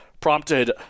prompted